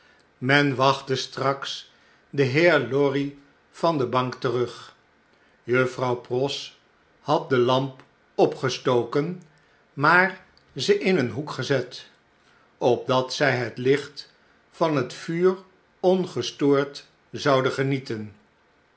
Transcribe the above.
men wachtte straks den heer lorry van de bank terug juffrouw pross had de lamp opgestoken maar ze in een hoek gezet opdat zy het licht van het vuur ongestoord zouden fenieten